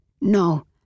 No